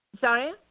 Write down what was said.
sorry